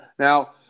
Now